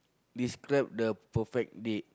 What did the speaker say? describe the perfect date